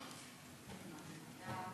ההצעה להעביר את הצעת חוק-יסוד: הכנסת (תיקון מס'